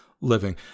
living